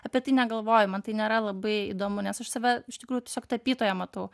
apie tai negalvoju man tai nėra labai įdomu nes aš save iš tikrųjų tiesiog tapytoja matau